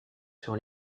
sur